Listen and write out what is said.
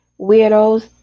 weirdos